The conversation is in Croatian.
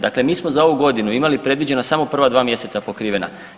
Dakle, mi smo za ovu godinu imali predviđeno samo prva 2 mjeseca pokrivena.